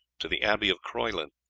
to the abbey of croyland,